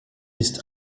ist